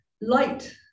light